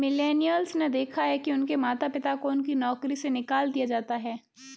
millennials ने देखा है कि उनके माता पिता को उनकी नौकरी से निकाल दिया जाता है